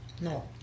No